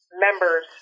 members